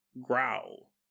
growl